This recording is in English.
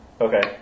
Okay